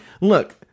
look